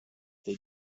they